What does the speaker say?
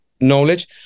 knowledge